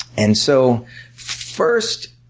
and so first